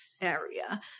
area